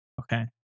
Okay